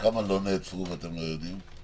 כמה לא נעצרו ואתם לא יודעים?